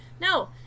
No